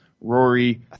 Rory